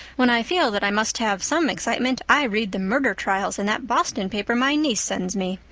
when i feel that i must have some excitement i read the murder trials in that boston paper my niece sends me.